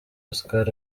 oscar